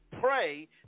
pray